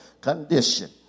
condition